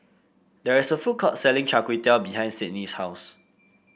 there is a food court selling Char Kway Teow behind Sydnie's house